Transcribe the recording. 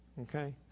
okay